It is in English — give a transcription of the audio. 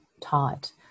taught